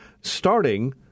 starting